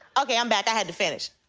okay, i'm back. i had to finish.